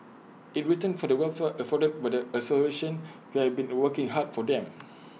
in return for the welfare afforded with the association you have been working hard for them